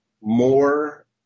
more